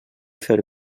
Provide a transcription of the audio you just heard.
fer